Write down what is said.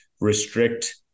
restrict